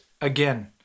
again